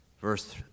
Verse